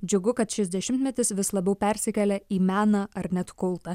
džiugu kad šis dešimtmetis vis labiau persikelia į meną ar net kultą